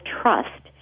trust